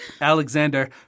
Alexander